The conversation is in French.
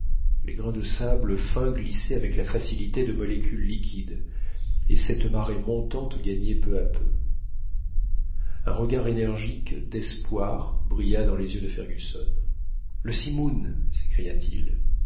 les grains de sable fin glissaient avec la facilité de molécules liquides et cette marée montante gagnait peu à peu un regard énergique d'espoir brilla dans les yeux de fergusson le simoun